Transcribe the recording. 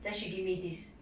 then she gave me this